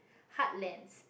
heartlands